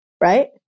right